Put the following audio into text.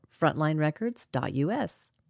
Frontlinerecords.us